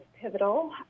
pivotal